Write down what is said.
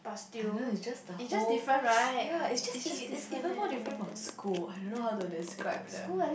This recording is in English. I don't know its just the whole ya its just is is is even more different from school I don't know how to describe the